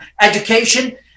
education